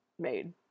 made